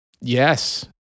yes